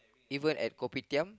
even at Kopitiam